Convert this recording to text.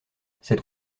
cette